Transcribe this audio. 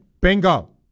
Bingo